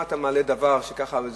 מה אתה מעלה דבר שכזה,